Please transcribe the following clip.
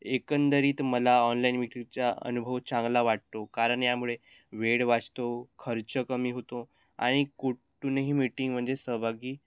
एकंदरीत मला ऑनलाईन मीटिंगचा अनुभव चांगला वाटतो कारण यामुळे वेळ वाचतो खर्च कमी होतो आणि कुटूनही मीटिंगमध्ये सहभागी